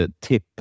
tip